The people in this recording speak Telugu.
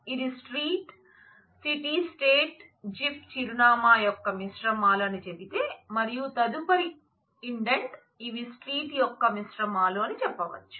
ఇది స్ట్రీట్ సిటీ స్టేట్ జిప్ చిరునామా యొక్క మిశ్రమాలు అని చెబితే మరియు తదుపరి ఇండెంట్ ఇవి స్ట్రీట్ యొక్క మిశ్రమాలు అని చెప్పవచ్చు